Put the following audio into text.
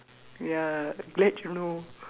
ya glad you know